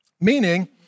Meaning